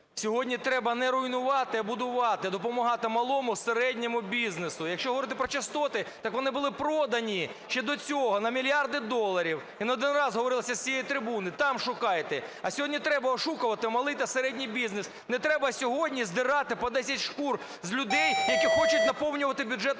Сьогодні треба не руйнувати, а будувати, допомагати малому, середньому бізнесу. Якщо говорити про частоти, так вони були продані ще до цього на мільярди доларів. І не один раз говорилося з цієї трибуни "там шукайте", а сьогодні треба ошукувати малий та середній бізнес, не треба сьогодні здирати по десять шкур з людей, які хочуть наповнювати бюджет